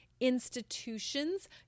institutions